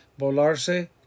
volarse